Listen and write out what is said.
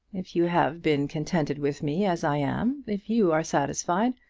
if you have been contented with me as i am if you are satisfied,